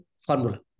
formula